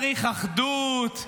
צריך אחדות.